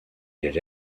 did